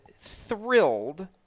thrilled